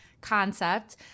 concept